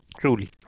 Truly